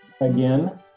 again